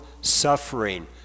suffering